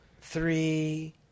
three